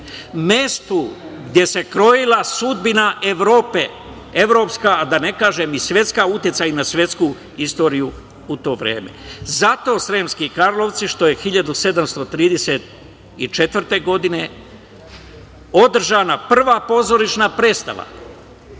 mestu gde se krojila sudbina Evrope, a da ne kažem i uticaj na svetsku istoriju u to vreme. Zato Sremski Karlovci, što je 1734. godine održana prva pozorišna predstava,